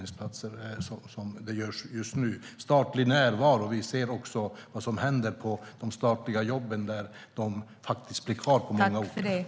När det gäller den statliga närvaron i form av statliga jobb ser vi att de faktiskt blir kvar på många orter.